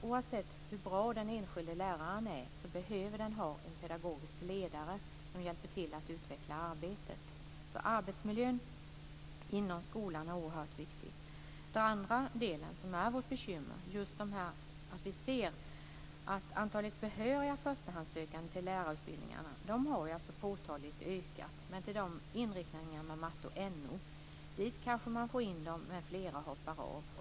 Oavsett hur bra den enskilde läraren är behöver lärare ha en pedagogisk ledare som hjälper till att utveckla arbetet. Arbetsmiljön inom skolan är oerhört viktig. Vad som också är ett bekymmer är att antalet behöriga förstahandssökande till lärarutbildningarna påtagligt ökat och kanske med inriktningen till matte och NO, men flera hoppar av.